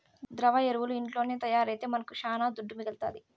ద్రవ ఎరువులు ఇంట్లోనే తయారైతే మనకు శానా దుడ్డు మిగలుతాది